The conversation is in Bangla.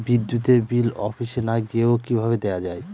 বিদ্যুতের বিল অফিসে না গিয়েও কিভাবে দেওয়া য়ায়?